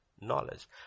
knowledge